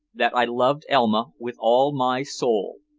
that i loved elma with all my soul,